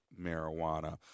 Marijuana